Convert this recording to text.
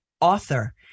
author